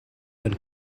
been